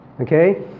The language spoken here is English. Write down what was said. Okay